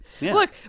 Look